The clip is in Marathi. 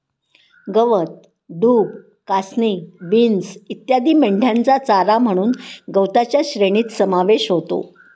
गवत, डूब, कासनी, बीन्स इत्यादी मेंढ्यांचा चारा म्हणून गवताच्या श्रेणीत समावेश होतो